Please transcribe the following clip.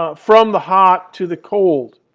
ah from the hot to the cold.